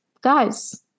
Guys